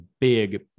big